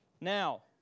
Now